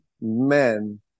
men